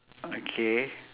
okay